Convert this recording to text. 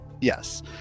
Yes